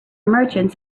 merchants